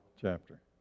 chapter